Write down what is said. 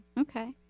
Okay